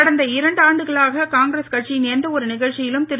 கடந்த இரண்டு ஆண்டுகளாக காங்கிரஸ் கட்சியின் எந்த ஒரு நிகழ்ச்சியிலும் திரு